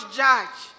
judge